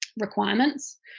requirements